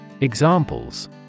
Examples